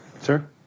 Sir